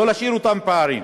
לא להשאיר אותם פערים.